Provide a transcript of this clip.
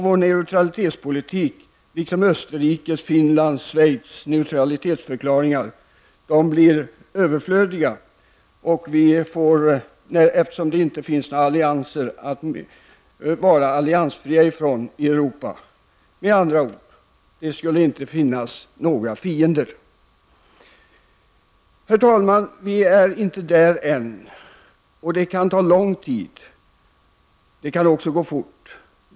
Vår neutralitetspolitik, liksom Österrikes, Finlands och Schweiz neutralitetsförklaringar blir överflödiga, eftersom det inte i Europa finns några allianser att vara alliansfria från. Det skulle med andra ord inte finnas några fiender. Herr talman! Vi är inte där än, och det kan ta lång tid. Det kan också gå fort.